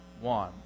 one